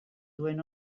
duen